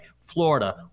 Florida